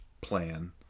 plan